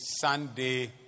Sunday